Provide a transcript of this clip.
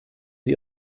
sie